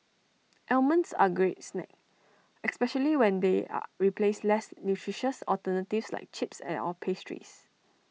almonds are A great snack especially when they are replace less nutritious alternatives like chips or pastries